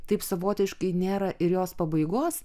taip savotiškai nėra ir jos pabaigos